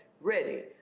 ready